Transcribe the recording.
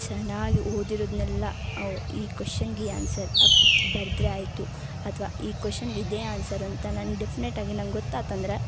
ಚೆನ್ನಾಗಿ ಓದಿರೋದನ್ನೆಲ್ಲ ಅವ್ ಈ ಕ್ವೆಶ್ಚನನ್ಗೆ ಈ ಆನ್ಸರ್ ಅಪ್ ಬರ್ದ್ರೆ ಆಯಿತು ಅಥ್ವಾ ಈ ಕ್ವೆಶ್ಚನಿಗೆ ಇದೇ ಆನ್ಸರ್ ಅಂತ ನಾನು ಡೆಫಿನೇಟಾಗಿ ನಂಗೆ ಗೊತ್ತಾತಂದ್ರೆ